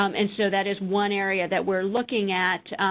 um and so that is one area that we're looking at,